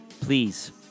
Please